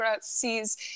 sees